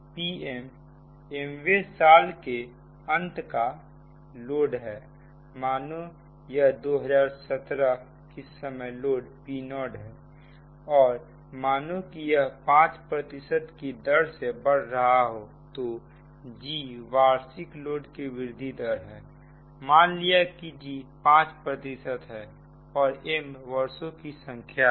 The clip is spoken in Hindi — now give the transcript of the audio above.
Pm m वें साल के अंत का लोड है मानो या 2017 इस समय लोड Po है और मानों की यह 5 की दर से बढ़ रहा हो तो g वार्षिक लोड वृद्धि दर है मान लिया कि g 5 है और m वर्षों की संख्या है